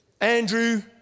Andrew